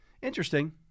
Interesting